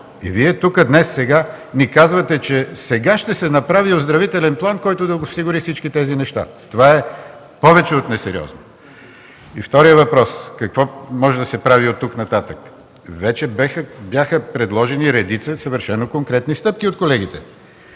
И Вие тук днес ни казвате, че сега ще се направи оздравителен план, който да осигури всички тези неща! Това е повече от несериозно! Вторият въпрос: какво може да се прави оттук нататък? Вече бяха предложени редица съвършено конкретни стъпки от колегите.